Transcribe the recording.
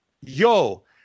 Yo